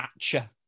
atcha